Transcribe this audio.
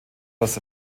das